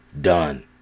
done